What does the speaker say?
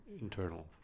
internal